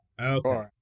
Okay